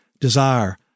desire